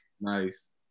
Nice